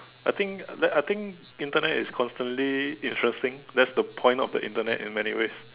I think let I think Internet is constantly interesting that's the point of Internet in many ways